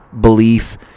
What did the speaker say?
belief